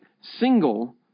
single